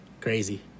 Crazy